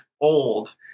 Old